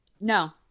No